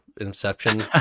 Inception